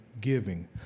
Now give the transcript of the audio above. giving